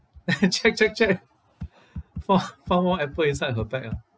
check check check fou~ found one apple inside her bag ah